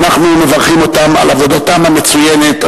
אנחנו מברכים אותם על עבודתם המצוינת,